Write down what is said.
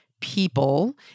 people